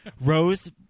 Rose